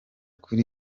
kuri